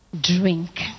drink